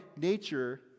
nature